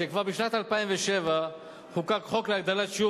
שכבר בשנת 2007 חוקק חוק להגדלת שיעור